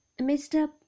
Mr